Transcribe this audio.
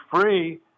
free